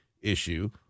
issue